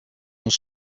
ont